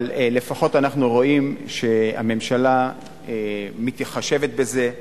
אבל לפחות אנחנו רואים שהממשלה מתחשבת בזה,